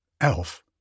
elf